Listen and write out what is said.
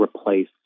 replace